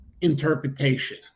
interpretation